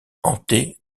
hanté